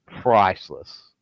priceless